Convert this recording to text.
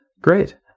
Great